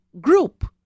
group